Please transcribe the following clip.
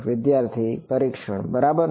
વિદ્યાર્થી પરીક્ષણ બરાબર ને